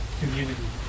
community